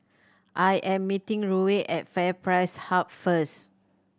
I am meeting Ruie at FairPrice Hub first